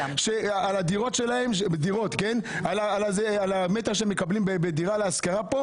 על הדירות שלהם על המטר שהם מקבלים בדירה להשכרה כאן